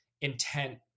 intent